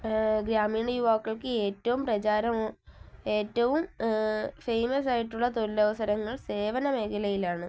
ഗ്രാമീണ യുവാക്കൾക്ക് ഏറ്റവും പ്രചാരം ഏറ്റവും ഫേമസ് ആയിട്ടുള്ള തൊഴിലവസരങ്ങൾ സേവനമേഖലയിലാണ്